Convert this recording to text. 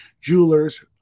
Jewelers